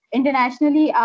Internationally